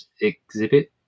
exhibit